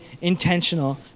intentional